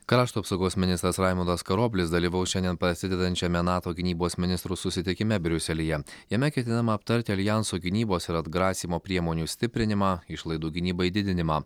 krašto apsaugos ministras raimundas karoblis dalyvaus šiandien prasidedančiame nato gynybos ministrų susitikime briuselyje jame ketinama aptarti aljanso gynybos ir atgrasymo priemonių stiprinimą išlaidų gynybai didinimą